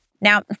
Now